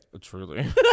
Truly